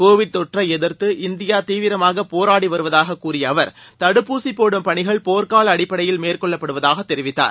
Covid தொற்றை எதிர்த்து India தீவிரமாக போராடி வருவதாகக் கூறிய அவர் தடுப்பூசி போடும் பணிகள் போர்க்கால அடிப்படையில் மேற்கொள்ளப்படுவதாகத் தெரிவித்தார்